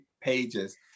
pages